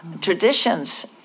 traditions